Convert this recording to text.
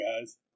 guys